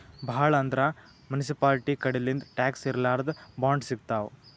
ಭಾಳ್ ಅಂದ್ರ ಮುನ್ಸಿಪಾಲ್ಟಿ ಕಡಿಲಿಂತ್ ಟ್ಯಾಕ್ಸ್ ಇರ್ಲಾರ್ದ್ ಬಾಂಡ್ ಸಿಗ್ತಾವ್